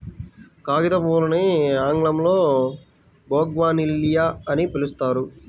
కాగితంపూలని ఆంగ్లంలో బోగాన్విల్లియ అని పిలుస్తారు